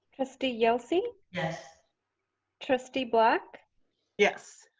trustee yelsey yes trustee black yes